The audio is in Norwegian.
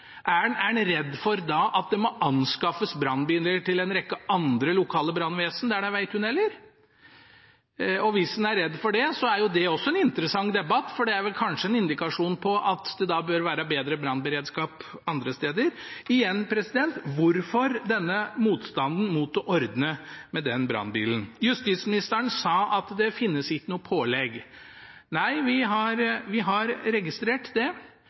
Er en da redd for at det må anskaffes brannbiler til en rekke andre lokale brannvesen der det er vegtunneler? Hvis en er redd for det, er også det en interessant debatt, for det er kanskje en indikasjon på at det bør være bedre brannberedskap andre steder. Igjen: Hvorfor denne motstanden mot å ordne med den brannbilen? Justisministeren sa at det ikke finnes noe pålegg. Nei, vi har registrert det, og svaret var vel for så vidt som forventet. Jeg må legge til og innrømme at det